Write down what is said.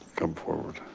come forward.